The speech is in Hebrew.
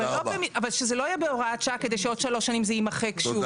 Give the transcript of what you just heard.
אבל שזה לא יהיה בהוראת שעה כדי שעוד שלוש שנים זה יימחק שוב.